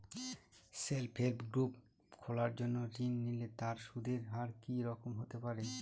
Self help group খোলার জন্য ঋণ নিলে তার সুদের হার কি রকম হতে পারে?